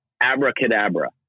abracadabra